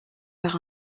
par